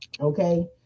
okay